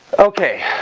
okay,